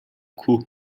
کوه